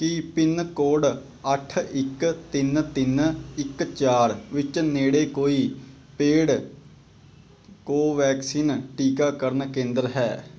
ਕੀ pin code ਅੱਠ ਇੱਕ ਤਿੰਨ ਤਿੰਨ ਇੱਕ ਚਾਰ ਵਿੱਚ ਨੇੜੇ ਕੋਈ ਪੇਡ ਕੋਵੈਕਸਿਨ ਟੀਕਾਕਰਨ ਕੇਂਦਰ ਹੈ